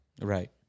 right